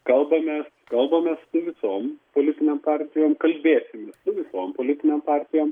kalbamės kalbamės su visom politinėm partijom kalbėsimės su visom politinėm partijom